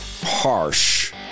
harsh